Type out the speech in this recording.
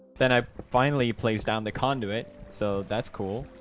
then i finally plays down the conduit so that's cool